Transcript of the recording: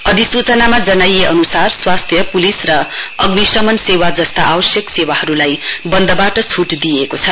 अधिसूचनामा जनाइए अनुसार स्वास्थ्य पुलिस र अग्निशमन सेवा जस्ता आवश्यक सेवाहरुलाई वन्दवाट छूट दिइएको छ